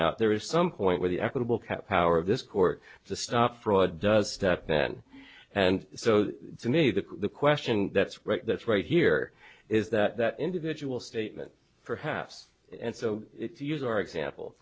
out there is some point where the equitable cap power of this court to stop fraud does step then and so to me the question that's right that's right here is that that individual statement perhaps and so if you use our example